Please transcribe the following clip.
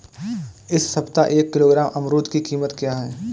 इस सप्ताह एक किलोग्राम अमरूद की कीमत क्या है?